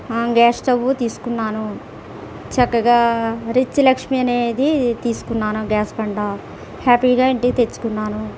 on gas stove తీసుకున్నాను చక్కగా రిచ్లక్ష్మి అనేది తీసుకున్నాను గ్యాస్ బండ హ్యాపీగా ఇంటికి తెచ్చుకున్నాను